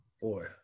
boy